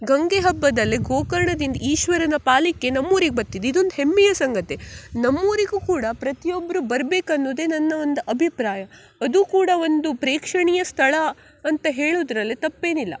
ಗಂಗೆ ಹಬ್ಬದಲ್ಲಿ ಗೋಕರ್ಣದಿಂದ ಈಶ್ವರನ ಪಾಲಕಿ ನಮ್ಮ ಊರಿಗೆ ಬತ್ತಿದ್ ಇದೊಂದು ಹೆಮ್ಮೆಯ ಸಂಗತಿ ನಮ್ಮ ಊರಿಗೂ ಕೂಡ ಪ್ರತಿಯೊಬ್ಬರೂ ಬರ್ಬೇಕು ಅನ್ನುವುದೇ ನನ್ನ ಒಂದು ಅಭಿಪ್ರಾಯ ಅದೂ ಕೂಡ ಒಂದು ಪ್ರೇಕ್ಷಣೀಯ ಸ್ಥಳ ಅಂತ ಹೇಳುದ್ರಲ್ಲಿ ತಪ್ಪೇನಿಲ್ಲ